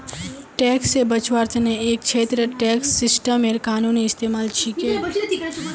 tax से बचवार तने एक छेत्रत टैक्स सिस्टमेर कानूनी इस्तेमाल छिके